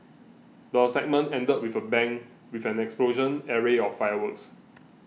the segment ended with a bang with an explosive array of fireworks